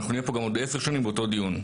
אנחנו נהיה פה גם בעוד עשר שנים באותו דיון,